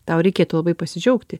tau reikėtų labai pasidžiaugti